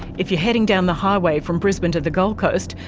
if you're heading down the highway from brisbane to the gold coast,